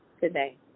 today